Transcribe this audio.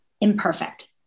imperfect